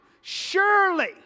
surely